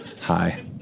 Hi